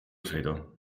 sõidu